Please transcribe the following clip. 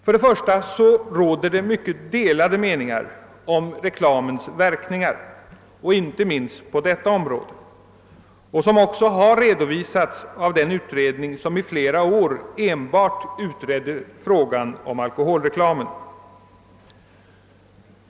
För det första råder det mycket delade meningar om reklamens verkningar — inte minst på detta område, vilket ju också redovisats av den utredning som i flera år enbart utrett frågan om alkoholreklamen.